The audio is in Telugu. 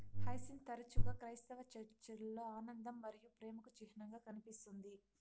హైసింత్ తరచుగా క్రైస్తవ చర్చిలలో ఆనందం మరియు ప్రేమకు చిహ్నంగా కనిపిస్తుంది